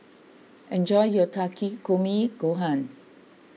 enjoy your Takikomi Gohan